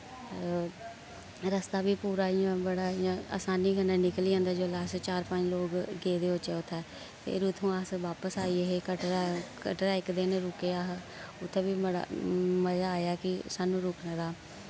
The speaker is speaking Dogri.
रस्ता बी पूरा इयां बड़ा इयां असानी कन्नै निकली जंदा जुल्लै अस चार पंज लोक गेदे होचै उत्थै फिर उत्थुआं अस बापस आइये हे कटरै कटरै इक दिन रुके अस उत्थै बी बड़ा मजा आया कि स्हानू रुकने दा